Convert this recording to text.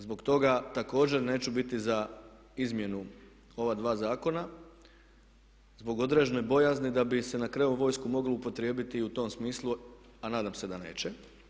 Zbog toga također neću biti za izmjenu ova dva zakona zbog određene bojazni da bi se na kraju vojsku moglo upotrijebiti i u tom smislu, a nadam se da neće.